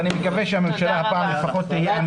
ואני מקווה שהממשלה הפעם לפחות תהיה עם